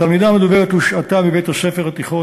התלמידה המדוברת הושעתה מבית-הספר התיכון